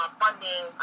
funding